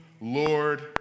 Lord